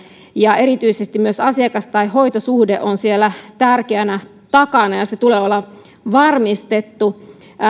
ja erityisesti myös asiakas tai hoitosuhde on täällä tärkeänä takana sen tulee olla varmistettu